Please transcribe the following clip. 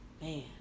Man